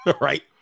Right